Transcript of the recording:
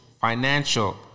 financial